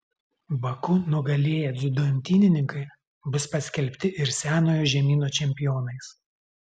baku nugalėję dziudo imtynininkai bus paskelbti ir senojo žemyno čempionais